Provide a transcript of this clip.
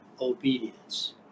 obedience